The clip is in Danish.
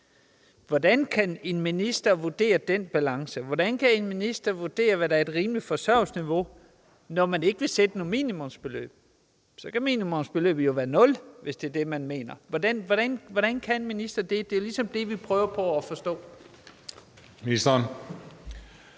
Hvordan kan en minister vurdere den balance? Hvordan kan en minister vurdere, hvad der er et rimeligt forsørgelsesniveau, når man ikke vil sætte noget minimumsbeløb? Så kan minimumsbeløbet jo være på 0 kr., hvis det er det, man mener. Hvordan kan en minister det? Det er ligesom det, vi prøver på at forstå. Kl.